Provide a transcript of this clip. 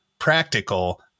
practical